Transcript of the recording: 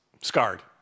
scarred